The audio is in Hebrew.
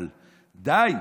אבל די.